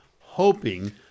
hoping